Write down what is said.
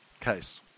case